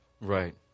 Right